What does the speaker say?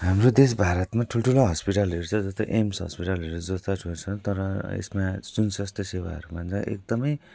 हाम्रो देश भारतमा ठुल्ठुलो हस्पिटलहरू छ जस्तै एमस् हस्पिटलहरू जस्तो छ तर यसमा जुन स्वस्थ्य सेवाहरूमा एकदमै